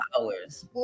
hours